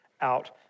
out